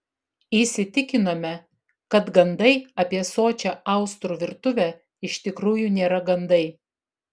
įsitikinome kad gandai apie sočią austrų virtuvę iš tikrųjų nėra gandai